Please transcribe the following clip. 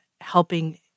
helping